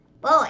Boy